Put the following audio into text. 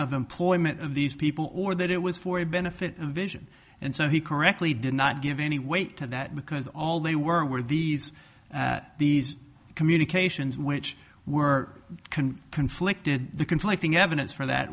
employment of these people or that it was for the benefit of vision and so he correctly did not give any weight to that because all they were were these these communications which were can conflicted the conflicting evidence for that